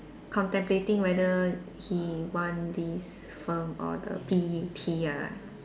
contemplating whether he want this firm or the B_P ah